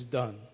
done